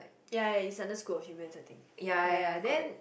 ya ya it's under school of humans I think ya ya ya correct